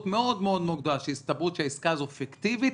מאוד-מאוד גבוהה שהן עסקאות פיקטיביות,